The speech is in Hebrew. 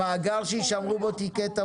המאגר שיישמרו בו תיקי תמרוק.